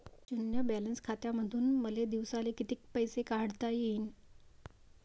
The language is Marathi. शुन्य बॅलन्स खात्यामंधून मले दिवसाले कितीक पैसे काढता येईन?